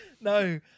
No